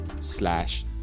slash